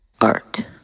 art